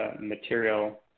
material